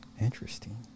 Interesting